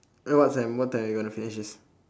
uh what time what time you wanna finish this